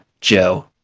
Joe